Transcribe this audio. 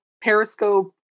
Periscope